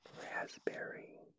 raspberry